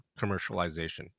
commercialization